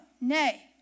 nay